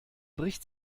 bricht